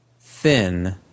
thin